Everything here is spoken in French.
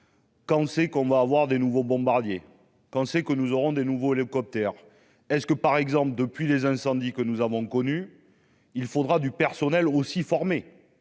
Quand on sait qu'on va avoir des nouveaux bombardiers quand c'est que nous aurons des nouveaux le code terre. Est-ce que par exemple depuis les incendies que nous avons connu, il faudra du personnel aussi former.